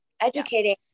Educating